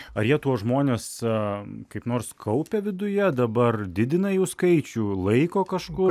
ar jie tuos žmones kaip nors kaupia viduje dabar didina jų skaičių laiko kažkur